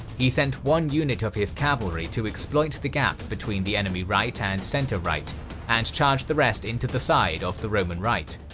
he sent one unit of his cavalry to exploit the gap between the enemy right and center-right, and charged the rest into the side of the roman right.